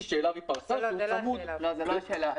שאליו היא פרסה והוא צמוד --- זאת לא השאלה.